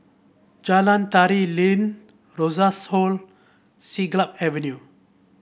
Jalan Tari Lilin Rosas Hall Siglap Avenue